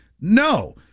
No